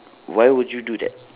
why would you do that